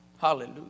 Hallelujah